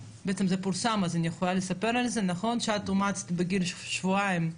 זאת אומרת אחד הדברים שאנשים אומרים,